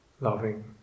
loving